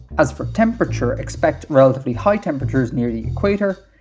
as for temperature, expect relatively high temperatures near the equator,